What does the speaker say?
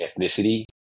ethnicity